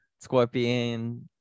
scorpion